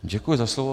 Děkuji za slovo.